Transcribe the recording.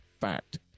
fact